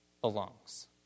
belongs